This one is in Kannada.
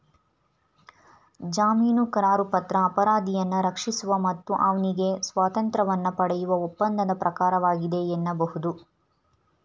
ಜಾಮೀನುಕರಾರುಪತ್ರ ಅಪರಾಧಿಯನ್ನ ರಕ್ಷಿಸುವ ಮತ್ತು ಅವ್ನಿಗೆ ಸ್ವಾತಂತ್ರ್ಯವನ್ನ ಪಡೆಯುವ ಒಪ್ಪಂದದ ಪ್ರಕಾರವಾಗಿದೆ ಎನ್ನಬಹುದು